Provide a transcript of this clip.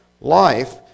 life